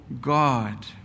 God